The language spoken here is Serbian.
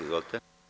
Izvolite.